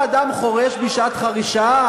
הרב גפני חברי וחברי הכנסת החרדים,